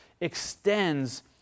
extends